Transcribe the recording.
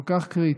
כל כך קריטי,